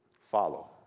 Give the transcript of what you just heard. follow